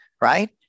right